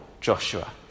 Joshua